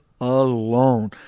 alone